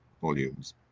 volumes